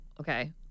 okay